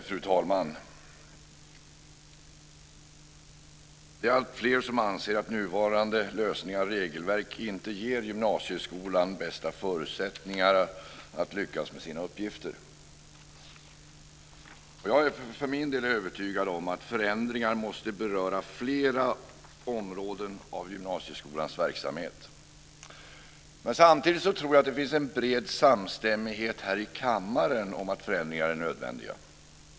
Fru talman! Det är alltfler som anser att nuvarande lösningar och regelverk inte ger gymnasieskolan bästa förutsättningar att lyckas med sina uppgifter. Jag är för min del övertygad om att förändringar måste beröra fler områden i gymnasieskolans verksamhet. Samtidigt tror jag att det finns en bred samstämmighet här i kammaren om att förändringar är nödvändiga.